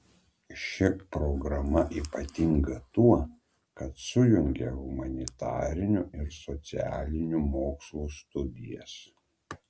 ši programa ypatinga tuo kad sujungia humanitarinių ir socialinių mokslų studijas